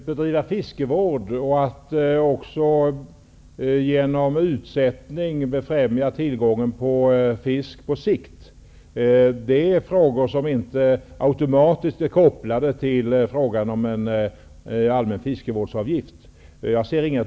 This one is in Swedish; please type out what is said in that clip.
Herr talman! Fiskevård och utsättning för att befrämja fisktillgången på sikt är frågor som inte automatiskt är kopplade till frågan om en allmän fiskevårdsavgift.